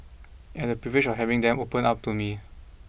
and I have the privilege of having them open up to me